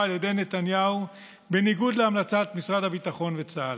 על ידי נתניהו בניגוד להמלצת משרד הביטחון וצה"ל.